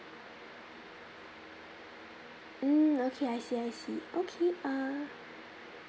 mm okay I see I see okay uh